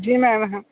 जी ma'am हाँ